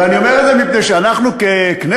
ואני אומר את זה מפני שאנחנו, ככנסת,